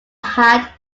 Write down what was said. had